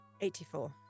84